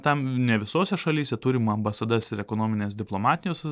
tam ne visose šalyse turim ambasadas ir ekonomines diplomatijos